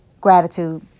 gratitude